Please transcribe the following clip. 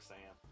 Sam